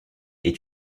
est